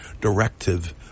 directive